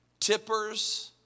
tippers